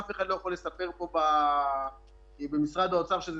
אף אחד לא יכול לספר פה במשרד האוצר שזה